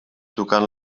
tocant